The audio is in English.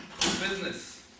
business